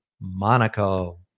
Monaco